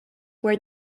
wear